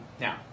Now